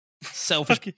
Selfish